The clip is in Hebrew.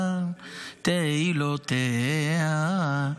קְטַנָּה תְּפִלּוֹתֶיהָ".